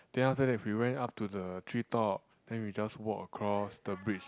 then after that we went up to the treetop then we just walk across the bridge